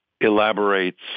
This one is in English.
elaborates